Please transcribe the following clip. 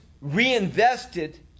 reinvested